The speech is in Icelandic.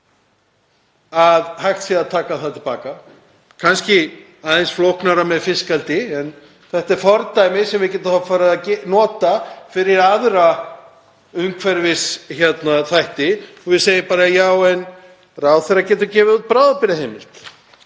að hægt sé að taka það til baka, kannski aðeins flóknara með fiskeldi en þetta er fordæmi sem við getum þá farið að nota fyrir aðra umhverfisþætti og við segjum bara: Já, en ráðherra getur gefið út bráðabirgðaheimild.